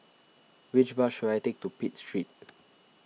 which bus should I take to Pitt Street